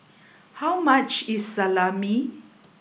how much is Salami